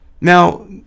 Now